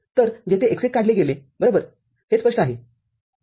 तरजेथे x१ काढले गेले बरोबर हे स्पष्ट आहे